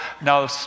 Now